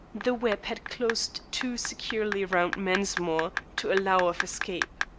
the web had closed too securely round mensmore to allow of escape.